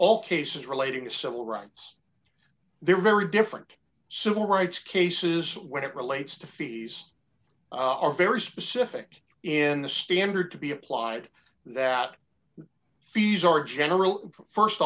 all cases relating to civil rights there are very different civil rights cases when it relates to fees are very specific in the standard to be applied that fees are general